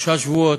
שלושה שבועות,